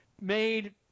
made